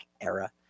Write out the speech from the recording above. era